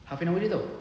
half an hour jer [tau]